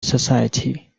society